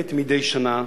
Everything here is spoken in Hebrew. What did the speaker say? ומחלקת מדי שנה